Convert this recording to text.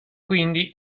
quindi